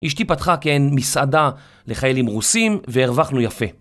אשתי פתחה כן מסעדה לחיילים רוסים והרווחנו יפה.